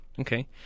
Okay